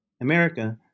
America